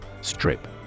Strip